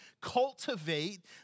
cultivate